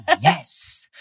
yes